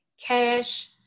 Cash